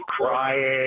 crying